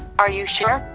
are you sure?